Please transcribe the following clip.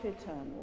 eternal